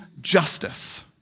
justice